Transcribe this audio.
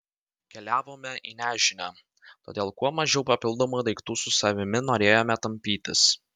keliavome į nežinią todėl kuo mažiau papildomų daiktų su savimi norėjome tampytis